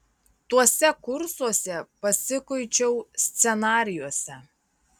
tuose kursuose pasikuičiau scenarijuose